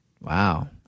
wow